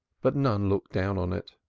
but none looked down on it.